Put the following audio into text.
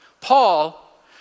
Paul